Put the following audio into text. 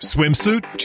Swimsuit